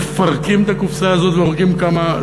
מפרקים את הקופסה הזאת והורגים כמה,